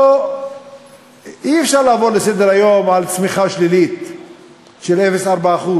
אי-אפשר לעבור לסדר-היום על צמיחה שלילית של 0.4%,